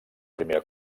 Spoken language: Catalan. primer